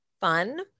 fun